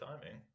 timing